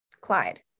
Clyde